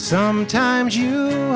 sometimes you